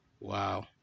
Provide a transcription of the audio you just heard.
Wow